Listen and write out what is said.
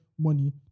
money